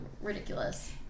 ridiculous